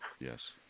Yes